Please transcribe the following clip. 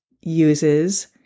uses